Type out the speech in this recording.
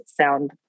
sound